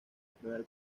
primer